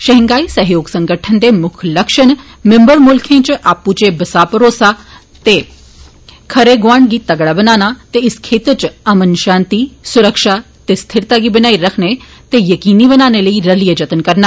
Shanghai सहयोग संगठन दे मुक्ख लक्ष्य न मिम्बर मुल्खें च आपूर्चे दे बसाह भरोसे ते खरे गोआंडै गी तगड़ा बनाना ते इस क्षेत्रै च अमनशांति सुरक्षा ते स्थिरता गी बनाई रक्खने ते यकीनी बनाने लेई रलियै जतन करना